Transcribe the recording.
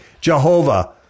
Jehovah